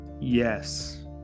Yes